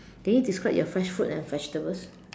can you describe your fresh fruit and vegetables